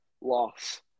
loss